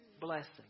blessing